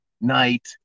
night